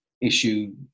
issue